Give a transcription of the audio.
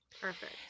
Perfect